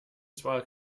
zwar